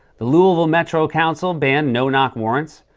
the louisville metro council banned no-knock warrants.